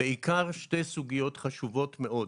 בעיקר שתי סוגיות חשובות מאוד: